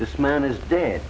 this man is dead